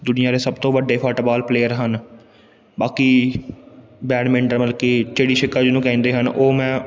ਦੁਨੀਆਂ ਦੇ ਸਭ ਤੋਂ ਵੱਡੇ ਫੁੱਟਬਾਲ ਪਲੇਅਰ ਹਨ ਬਾਕੀ ਬੈਡਮਿੰਟਨ ਮਤਲਬ ਕਿ ਚਿੜੀ ਛਿੱਕਾ ਜਿਹਨੂੰ ਕਹਿੰਦੇ ਹਨ ਉਹ ਮੈਂ